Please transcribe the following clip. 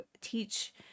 teach